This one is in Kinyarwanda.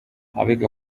abiga